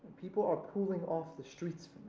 people are pulling off the streets for